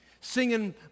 singing